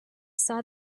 saw